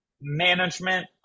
management